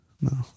No